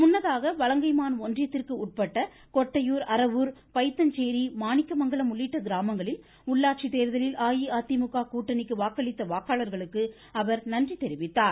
முன்னதாக வலங்கைமான் ஒன்றியத்திற்குட்பட்ட கொட்டையூர் அரவூர் பயித்தஞ்சேரி மாணிக்கமங்கலம் உள்ளிட்ட கிராமங்களில் உள்ளாட்சி தேர்தலில் அஇஅதிமுக கூட்டணிக்கு வாக்களித்த வாக்காளர்களுக்கு அவர் நன்றி தெரிவித்தார்